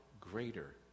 greater